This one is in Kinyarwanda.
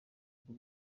bwo